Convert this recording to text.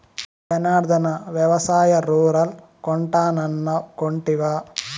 జనార్ధన, వ్యవసాయ రూలర్ కొంటానన్నావ్ కొంటివా